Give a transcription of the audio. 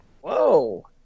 Whoa